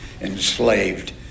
enslaved